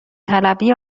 طلبی